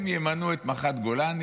הם ימנו את מח"ט גולני?